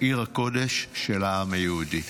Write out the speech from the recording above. עיר הקודש של העם היהודי.